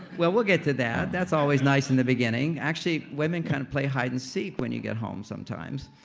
well, we'll get to that. that's always nice in the beginning. actually, women kind of play hide and seek when you get home sometimes.